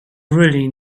really